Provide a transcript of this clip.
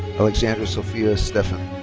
alexandra sofia stephan.